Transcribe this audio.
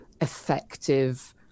effective